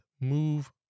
move